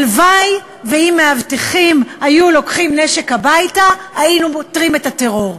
הלוואי שאם בכך שמאבטחים היו לוקחים נשק הביתה היינו פותרים את הטרור.